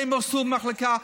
הם הרסו את המחלקה.